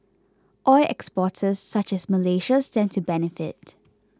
oil exporters such as Malaysia stand to benefit